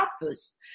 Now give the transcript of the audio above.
purpose